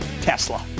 Tesla